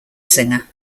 singer